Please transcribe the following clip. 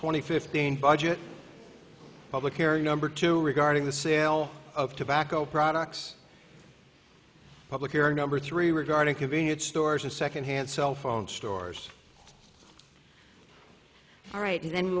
twenty fifteen budget public area number two regarding the sale of tobacco products public here number three regarding convenience stores and secondhand cellphone stores all right and then